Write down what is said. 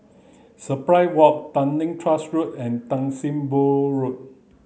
Surprise Walk Tanglin Trust Road and Tan Sim Boh Road